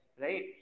right